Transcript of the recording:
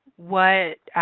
what